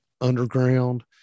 underground